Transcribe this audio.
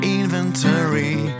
inventory